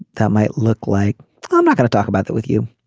that might look like i'm not going to talk about that with you.